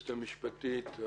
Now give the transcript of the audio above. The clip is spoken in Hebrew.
בוקר טוב לכולם.